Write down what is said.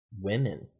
women